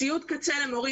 ציוד קצה למורים.